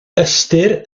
ystyr